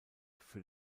für